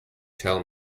tell